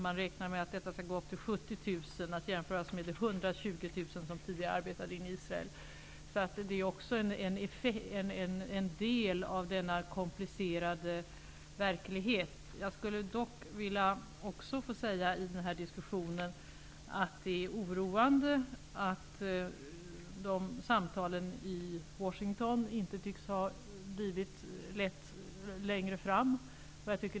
Man räknar med att siffran skall gå upp till 70 000. Den siffran skall jämföras med de 120 000 som tidigare arbetade i Israel. Det här är en del av denna komplicerade verklighet. Jag vill också säga i denna diskussion att det är oroande att samtalen i Washington inte tycks ha lett framåt.